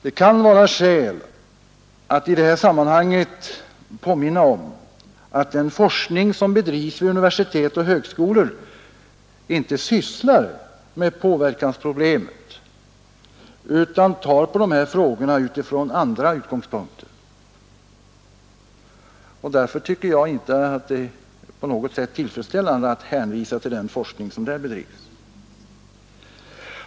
Det kan finnas skäl att i det här sammanhanget påminna om att den forskning som bedrivs vid universitet och högskolor inte sysslar med påverkansproblemet utan behandlar dessa frågor utifrån andra utgångspunkter. Därför tycker jag inte att det är på något sätt tillfredsställande att utbildningsministern hänvisar till den forskning som där bedrivs.